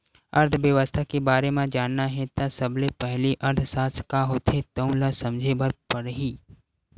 अर्थबेवस्था के बारे म जानना हे त सबले पहिली अर्थसास्त्र का होथे तउन ल समझे बर परही